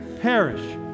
perish